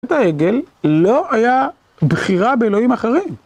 חטא העגל לא היה בחירה באלוהים אחרים